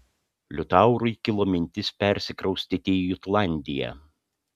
liutaurui kilo mintis persikraustyti į jutlandiją